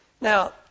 Now